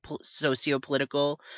socio-political